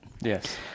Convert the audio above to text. yes